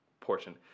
portion